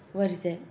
what is that